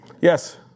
Yes